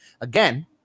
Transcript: Again